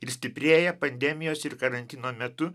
ir stiprėja pandemijos ir karantino metu